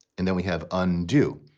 and then we have undo.